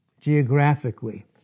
geographically